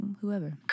whoever